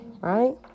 Right